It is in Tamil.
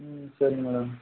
ம் சரிங்க மேடம்